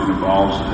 involves